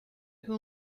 who